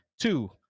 Two